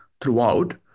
throughout